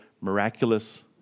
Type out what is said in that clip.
miraculous